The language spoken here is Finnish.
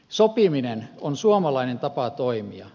sopiminen on suomalainen tapa toimia